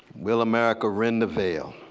will america rend the veil.